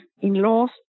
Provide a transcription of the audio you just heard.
in-law's